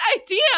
idea